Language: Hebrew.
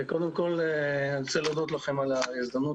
קודם כל אני רוצה להודות לכם על ההזדמנות